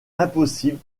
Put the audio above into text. impossible